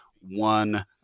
one